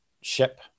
ship